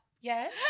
Yes